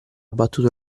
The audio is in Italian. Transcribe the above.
battuto